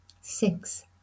Six